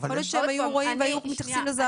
יכול להיות שהם היו רואים והיו מתייחסים לזה אחרת.